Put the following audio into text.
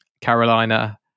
carolina